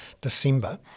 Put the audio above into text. December